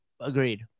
Agreed